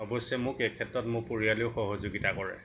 অৱশ্যে মোক এই ক্ষেত্ৰত মোৰ পৰিয়ালেও সহযোগিতা কৰে